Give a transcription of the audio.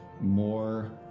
more